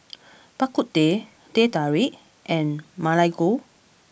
Bak Kut Teh Teh Tarik and Ma Lai Gao